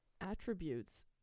attributes